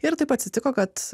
ir taip atsitiko kad